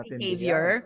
behavior